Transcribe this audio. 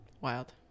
Wild